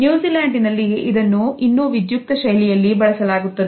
New Zealand ಇನಲ್ಲಿ ಇದನ್ನು ಇನ್ನು ವಿದ್ಯುಕ್ತ ಶೈಲಿಯಲ್ಲಿ ಬಳಸಲಾಗುತ್ತದೆ